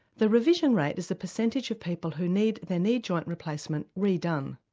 the revision rate is the percentage of people who need their knee joint replacement re-done.